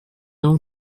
avons